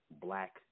black